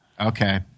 okay